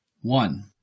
One